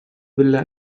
villa